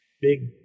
big